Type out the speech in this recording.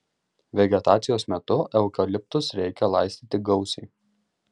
vegetacijos metu eukaliptus reikia laistyti gausiai